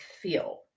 feel